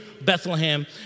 Bethlehem